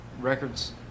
records